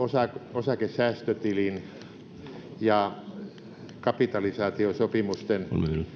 osakesäästötilin ja kapitalisaatiosopimusten